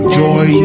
joy